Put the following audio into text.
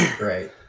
right